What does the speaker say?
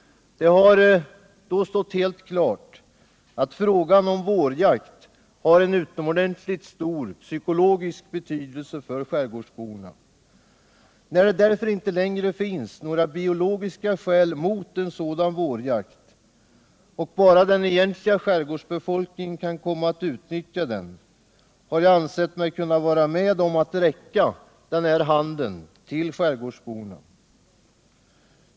Det har då stått helt klart att frågan om vårjakt har en utomordentligt stor psykologisk betydelse för skärbårdsborna. När det därför inte längre finns några biologiska skäl mot en sådan vårjakt och bara den egentliga skärgårdsbefolkningen kan komma att utnyttja den har jag ansett mig kunna vara med om att på det här sättet räcka handen till skärgårdsborna.